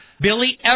Billy